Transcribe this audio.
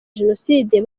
jenoside